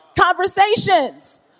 conversations